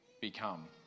become